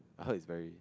I heard it's very